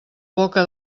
boca